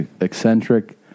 eccentric